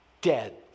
dead